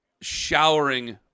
showering